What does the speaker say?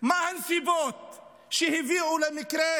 מה הנסיבות שהביאו למקרה